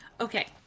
Okay